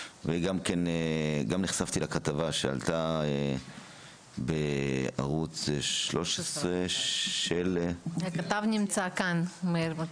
וגם נחשפתי לכתבה שעלתה בערוץ 13. הכתב מאיר מרציאנו נמצא כאן.